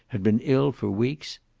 had been ill for weeks,